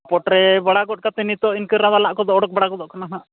ᱵᱟᱲᱟᱜᱚᱫ ᱱᱤᱛᱚᱜ ᱤᱱᱠᱟᱹ ᱨᱟᱣᱟᱞᱟᱜ ᱠᱚᱫᱚ ᱚᱰᱳᱠᱵᱟᱲᱟ ᱜᱚᱫᱚᱜ ᱠᱟᱱᱟ ᱦᱟᱸᱜ